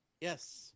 Yes